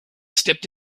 stepped